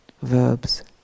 verbs